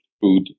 food